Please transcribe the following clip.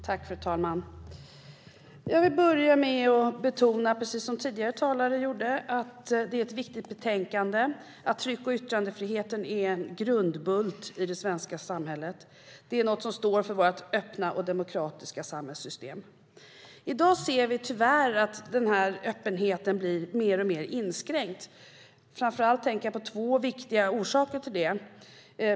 Fru talman! Jag vill börja med att, precis som den tidigare talaren gjorde, betona att det är ett viktigt betänkande, att tryck och yttrandefriheten är en grundbult i det svenska samhället. Det är något som står för vårt öppna och demokratiska samhällssystem. I dag ser vi tyvärr att den här öppenheten blir mer och mer inskränkt. Framför allt tänker jag på två viktiga orsaker till det.